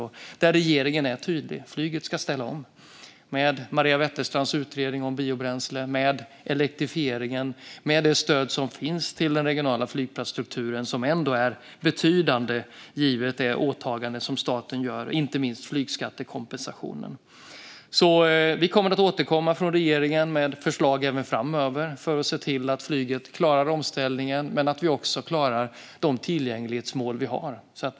Där är regeringen tydlig: Flyget ska ställa om, med Maria Wetterstrands utredning om biobränsle, med elektrifieringen och med det stöd som finns till den regionala flygplatsstrukturen, som är betydande givet det åtagande som staten gör, inte minst flygskattekompensationen. Regeringen kommer att återkomma med förslag även framöver för att se till att flyget klarar omställningen men också att vi klarar de tillgänglighetsmål som vi har.